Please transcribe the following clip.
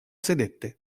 sedette